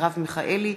מרב מיכאלי,